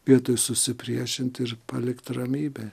vietoj susipriešinti ir palikt ramybėj